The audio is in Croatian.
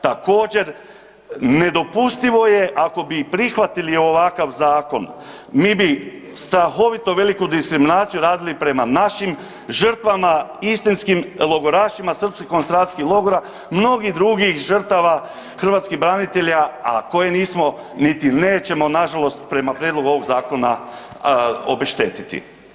Također nedopustivo je ako bi i prihvatili ovakav zakon mi bi strahovito veliku diskriminaciju radili prema našim žrtvama, istinskim logorašima srpskih koncentracijskih logora i mnogih drugih žrtava hrvatskih branitelja, a koje nismo niti nećemo nažalost prema prijedlogu ovog zakona obeštetiti.